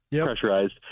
pressurized